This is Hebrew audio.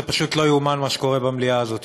זה פשוט לא ייאמן מה שקורה במליאה הזאת.